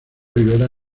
rivera